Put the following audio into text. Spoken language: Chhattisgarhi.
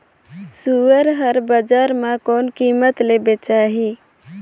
सुअर हर बजार मां कोन कीमत ले बेचाही?